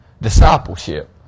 discipleship